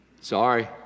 Sorry